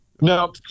no